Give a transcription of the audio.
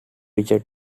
richard